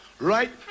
Right